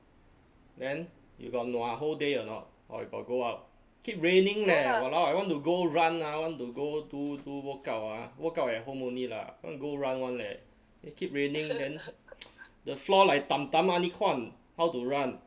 then you got nua whole day or not or you got go out keep raining leh !walao! I want to go run ah want to go to do do workout ah workout at home only lah want to go run [one] leh then keep raining then the floor like dam dam ah neh kuan how to run